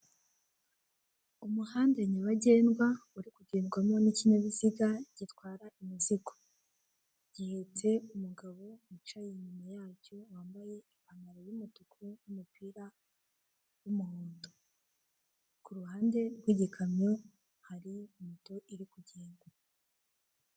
Umuhanda nyabagendwa uri kugendwamo n'ikinyabiziga gitwara imizigo, gihetse umugabo wicaye inyuma yacyo wambaye ipantaro y'umutuku n'umupira w'umuhondo, ku ruhande rw'igikamyo hari moto iri kugenda.